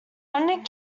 funding